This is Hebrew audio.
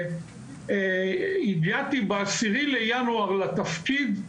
הגעתי בעשירי לינואר לתפקיד,